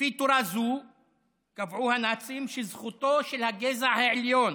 לפי תורה זו קבעו הנאצים שזכותו של הגזע העליון